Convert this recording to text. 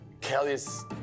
Kelly's